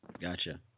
Gotcha